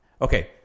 Okay